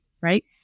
right